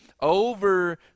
over